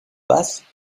vases